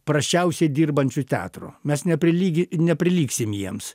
prasčiausiai dirbančių teatrų mes neprilygi neprilygsim jiems